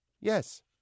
Yes